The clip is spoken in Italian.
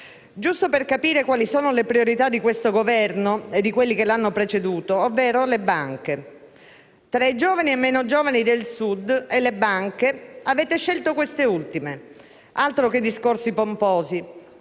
Giusto per capire quali sono le priorità di questo Governo e di quelli che l'hanno preceduto, ovvero le banche, va detto che tra i giovani e meno giovani del Sud e le banche, avete scelto queste ultime. Altro che discorsi pomposi,